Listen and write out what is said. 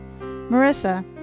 Marissa